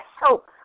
help